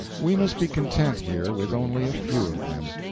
we must be content here with only a few of them.